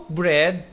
bread